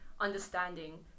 understanding